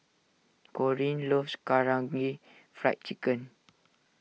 Corene loves Karaage Fried Chicken